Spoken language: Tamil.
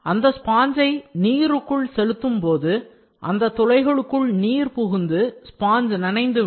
அந்த ஸ்பாஞ்சை நீருக்குள் செலுத்தும்போது அந்தத் துளைகளுக்குள் நீர் புகுந்து ஸ்பாஞ்ச் நனைந்து விடும்